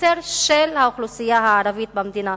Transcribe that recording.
מסר של האוכלוסייה הערבית במדינה,